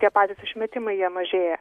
tie patys išmetimai jie mažėja